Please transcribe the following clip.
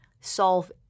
solve